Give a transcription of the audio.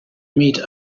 meet